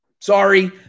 Sorry